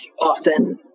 often